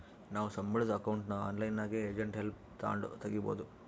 ನಾವು ಸಂಬುಳುದ್ ಅಕೌಂಟ್ನ ಆನ್ಲೈನ್ನಾಗೆ ಏಜೆಂಟ್ ಹೆಲ್ಪ್ ತಾಂಡು ತಗೀಬೋದು